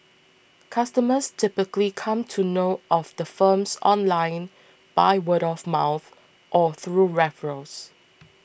customers typically come to know of the firms online by word of mouth or through referrals